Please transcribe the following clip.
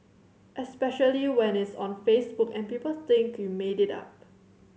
especially when it's on Facebook and people think you made it up